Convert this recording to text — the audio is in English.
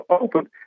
Open